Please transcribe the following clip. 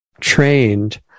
trained